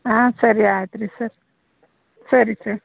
ಹಾಂ ಸರಿ ಆಯ್ತುರೀ ಸರ್ ಸರಿ ಸರ್